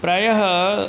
प्रायः